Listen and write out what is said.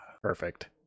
perfect